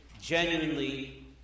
genuinely